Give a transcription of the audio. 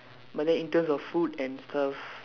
but then in terms of food and stuff